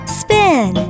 spin